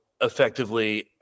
effectively